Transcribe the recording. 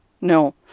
No